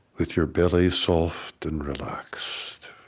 with your belly soft and relaxed.